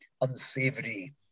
unsavory